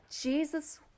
Jesus